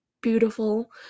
beautiful